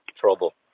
trouble